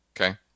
okay